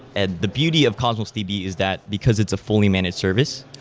and the beauty of cosmos db is that because it's a fully managed service,